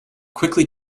quickly